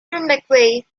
mcveigh